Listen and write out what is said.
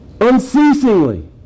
Unceasingly